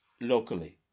locally